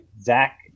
Zach